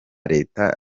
reta